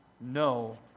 no